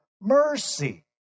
mercy